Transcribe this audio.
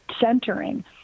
centering